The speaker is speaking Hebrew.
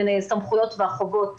בין הסמכויות והחובות